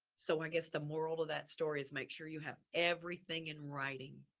so i guess the moral of that story is make sure you have everything in writing.